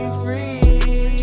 free